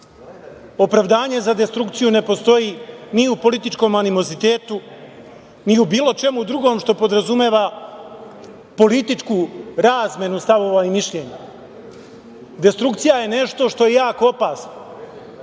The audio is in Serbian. Opravdanje za destrukciju ne postoji ni u političkom animozitetu, ni u bilo čemu drugom što podrazumeva političku razmenu stavova i mišljenja. Destrukcija je nešto što je jako opasno,